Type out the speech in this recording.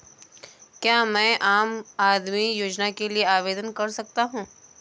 क्या मैं आम आदमी योजना के लिए आवेदन कर सकता हूँ?